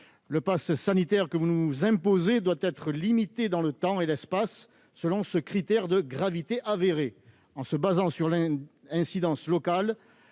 Le passe sanitaire que vous nous imposez doit être limité dans le temps et dans l'espace selon ce critère de gravité « avérée », qui se fonde sur l'incidence locale,